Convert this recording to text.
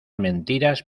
mentiras